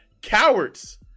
cowards